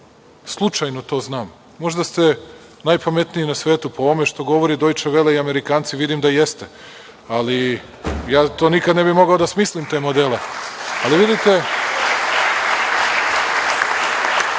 Slučajno to znam. Možda ste najpametniji na svetu. Po ovome što govori Dojče vele i Amerikanci vidim da jeste, ali ja to nikada ne bih mogao da smislim te modele. Ali, vidite,